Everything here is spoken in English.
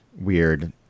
weird